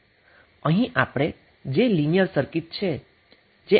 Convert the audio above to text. અહીં આપણી પાસે જે લિનિયર સર્કિટ છે જે આ ચોક્કસ બોક્સની અંદર છે